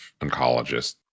oncologist